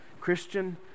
Christian